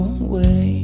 away